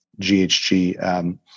GHG